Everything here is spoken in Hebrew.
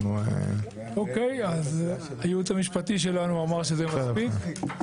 הייעוץ המשפטי שלנו אמר שזה מספיק.